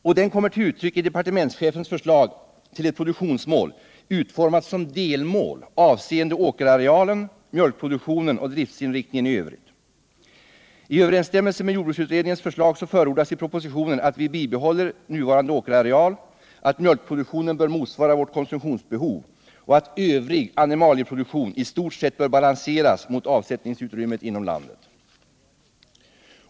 Och den kommer till uttryck i departementschefens förslag till ett produktionsmål, utformat som ”delmål avseende åkerarealen, mjölkproduktionen och driftsinriktningen i övrigt”. I överensstämmelse med jordbruksutredningens förslag förordas i propositionen att vi bibehåller nuvarande åkerareal, att mjölkproduktionen bör motsvara vårt konsumtionsbehov och att övrig animalieproduktion i stort sett bör balanseras mot avsättningsutrymmet inom landet.